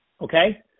okay